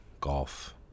Golf